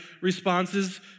responses